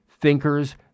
thinkers